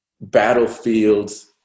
battlefields